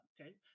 Okay